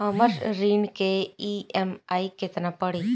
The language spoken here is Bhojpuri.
हमर ऋण के ई.एम.आई केतना पड़ी?